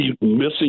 missing